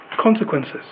consequences